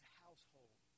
household